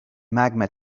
magma